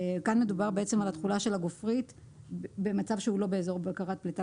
כאן מדובר על תחולת הגופרית במצב שהוא לא באזור בקרת פליטה,